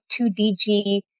2DG